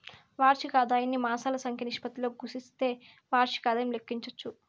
వార్షిక ఆదాయాన్ని మాసాల సంఖ్య నిష్పత్తితో గుస్తిస్తే వార్షిక ఆదాయం లెక్కించచ్చు